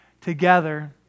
together